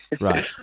right